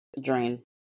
Drain